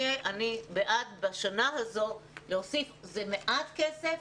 אני בעד בשנה הזאת להוסיף עוד מעט כסף